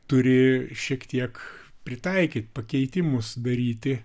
turi šiek tiek pritaikyt pakeitimus daryti